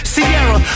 Sierra